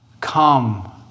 Come